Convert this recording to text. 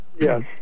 Yes